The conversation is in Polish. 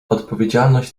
odpowiedzialność